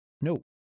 No